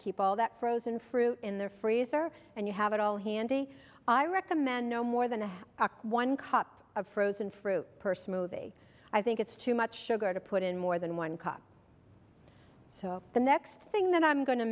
keep all that frozen fruit in their freezer and you have it all handy i recommend no more than a one cup of frozen fruit person movie i think it's too much sugar to put in more than one cup so the next thing that i'm going to